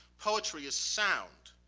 poetry is sound,